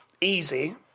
easy